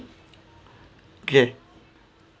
okay